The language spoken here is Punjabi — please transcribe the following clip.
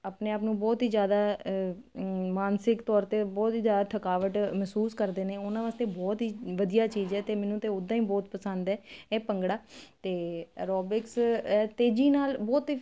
ਆਪਣੇ ਆਪ ਨੂੰ ਬਹੁਤ ਹੀ ਜਿਆਦਾ ਮਾਨਸਿਕ ਤੌਰ ਤੇ ਬਹੁਤ ਜਿਆਦਾ ਥਕਾਵਟ ਮਹਿਸੂਸ ਕਰਦੇ ਨੇ ਉਹਨਾਂ ਵਾਸਤੇ ਬਹੁਤ ਹੀ ਵਧੀਆ ਚੀਜ਼ ਹ ਤੇ ਮੈਨੂੰ ਤੇ ਉਦਾਂ ਹੀ ਬਹੁਤ ਪਸੰਦ ਹ ਇਹ ਭੰਗੜਾ ਤੇ ਐਰੋਬਿਕਸ ਤੇਜ਼ੀ ਨਾਲ ਬਹੁਤ